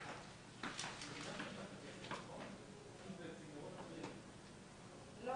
המרבי לשנת 2020." תיקון סעיף 76 18. בסעיף 76(א)